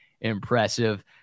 impressive